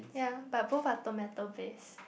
ya but both are tomato based